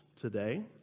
today